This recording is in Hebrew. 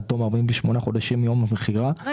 עד תום 48 חודשים - מיום המכירה 100